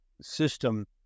system